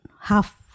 half